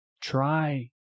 try